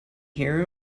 hear